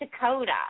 Dakota